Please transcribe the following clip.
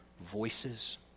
voices